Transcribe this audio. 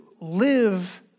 live